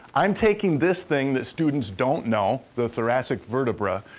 i'm taking this thing that students don't know, the thoracic vertebra,